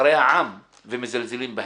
נבחרי העם ומזלזלים בהם,